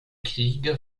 kriege